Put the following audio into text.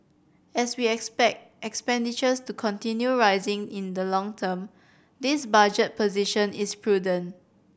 as we expect expenditures to continue rising in the long term this budget position is prudent